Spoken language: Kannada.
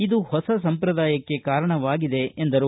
ಇದು ಹೊಸ ಸಂಪ್ರದಾಯಕ್ಕೆ ಕಾರಣವಾಗಿದೆ ಎಂದರು